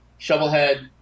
Shovelhead